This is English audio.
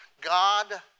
God